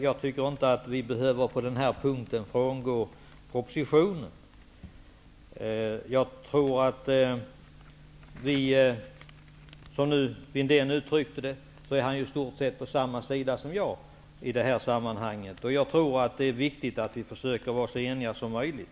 Jag tycker inte vi behöver frångå propositionen på denna punkt. Som Christer Windén uttryckte det är han i stort sett på samma sida som jag i detta sammanhang. Jag tror det är viktigt att vi försöker vara så eniga som möjligt.